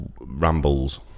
Rambles